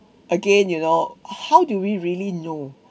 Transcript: again you know how do we really know